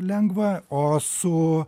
lengva o su